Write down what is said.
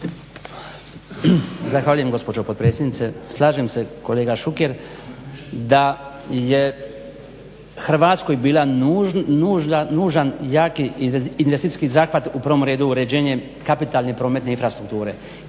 Zahvaljujem gospođo potpredsjednice. Slažem se kolega Šuker da je Hrvatskoj bio nužan jaki investicijski zahvat, u prvom redu uređenje kapitalne prometne infrastrukture.